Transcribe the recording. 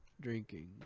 drinking